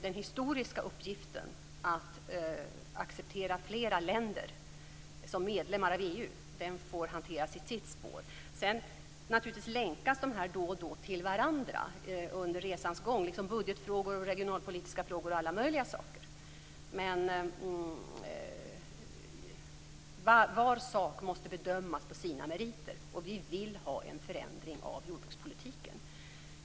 Den historiska uppgiften att acceptera flera länder som medlemmar av EU får hanteras på sitt spår. Naturligtvis länkas dessa spår då och då till varandra under resans gång, liksom t.ex. budgetfrågor och regionalpolitiska frågor. Men var sak måste bedömas utifrån sina meriter. Vi vill ha en förändring av jordbrukspolitiken.